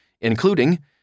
including